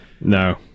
No